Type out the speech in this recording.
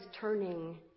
turning